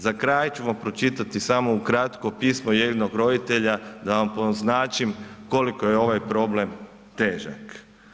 Za kraj ću vam pročitati samo ukratko pismo jednog roditelja da vam poznačim koliko je ovaj problem težak.